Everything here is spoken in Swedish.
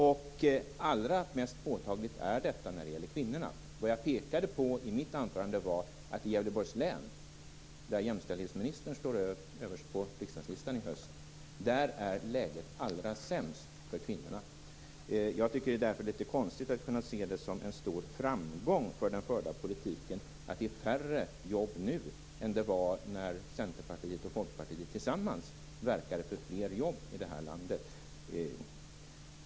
Allra mest påtagligt är detta när det gäller kvinnorna. I mitt anförande pekade jag på att i Gävleborgs län, där jämställdhetsministern står överst på riksdagslistan i höst, är läget allra sämst för kvinnorna. Jag tycker därför att det är litet konstigt att man kan se det som en stor framgång för den förda politiken att det är färre jobb nu än det var när Centerpartiet och Folkpartiet tillsammans verkade för fler jobb i det här landet.